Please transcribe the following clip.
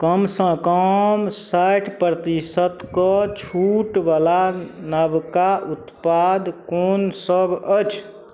कमसँ कम साठि प्रतिशतके छूटवला नवका उत्पाद कोन सब अछि